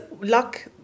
luck